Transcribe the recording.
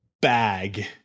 bag